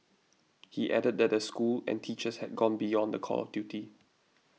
he added that the school and teachers had gone beyond the call of duty